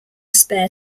spare